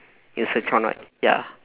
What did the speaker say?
in sichuan right ya